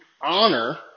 honor